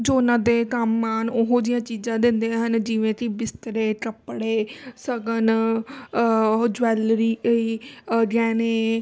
ਜੋ ਉਹਨਾਂ ਦੇ ਕੰਮ ਆਉਣ ਉਹੋ ਜਿਹੀਆਂ ਚੀਜ਼ਾਂ ਦਿੰਦੇ ਹਨ ਜਿਵੇਂ ਕਿ ਬਿਸਤਰੇ ਕੱਪੜੇ ਸ਼ਗਨ ਉਹ ਜਵੈਲਰੀ ਅ ਗਹਿਣੇ